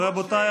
רבותיי,